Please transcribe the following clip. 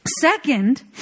Second